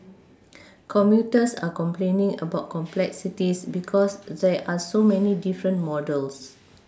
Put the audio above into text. commuters are complaining about complexities because there are so many different models